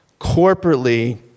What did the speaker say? corporately